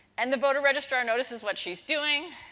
and, the voter registrar notices what she's doing,